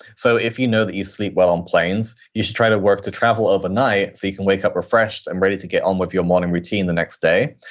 so if you know that you sleep well on planes, you should try to work to travel overnight, so you can wake up refreshed and ready to get on with your morning routine the next day.